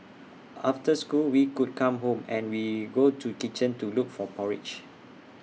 after school we could come home and we go to kitchen to look for porridge